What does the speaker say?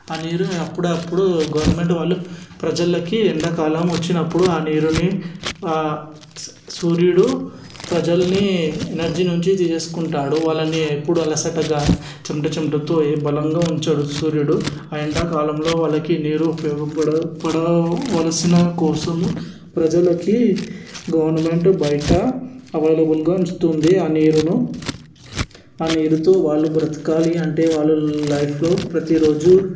ఆ నీరు అప్పుడప్పుడు గవర్నమెంట్ వాళ్ళు ప్రజలకి ఎండాకాలం వచ్చినప్పుడు ఆ నీరుని స సూర్యుడు ప్రజల్ని ఎనర్జీ నుంచి చేసుకుంటాడు వాళ్ళని ఎప్పుడు అలసటగా చమట చమటతో ఏ బలంగా ఉంచాడు సూర్యుడు ఎండాకాలంలో వాళ్ళకి నీరు ఉపయోగం పడవలసిన కోసము ప్రజలకి గవర్నమెంట్ బయట అవైలబుల్గా ఉంచుతుంది ఆ నీరును ఆ నీరుతో వాళ్ళు బ్రతకాలి అంటే వాళ్ళు లైఫ్లో ప్రతిరోజు